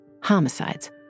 homicides